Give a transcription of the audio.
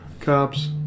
Cops